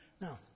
Now